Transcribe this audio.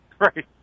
Right